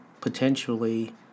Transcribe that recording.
potentially